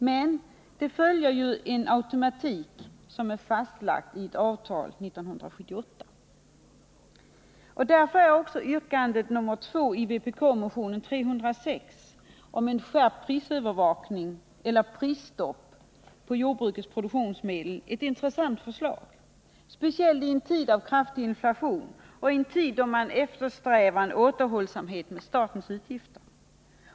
Men det följer en automatik som fastlagts i avtal 1978. Därför är yrkande 2 i vpk-motionen 306 om skärpt övervakning och kontroll över prisutvecklingen på jordbrukets produktionsmedel ett intressant förslag, speciellt i en tid av kraftig inflation och i en tid då man eftersträvar återhållsamhet med statens utgifter.